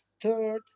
third